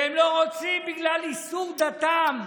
והם לא רוצים, בגלל איסור דתם,